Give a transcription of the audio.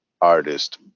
artist